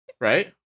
right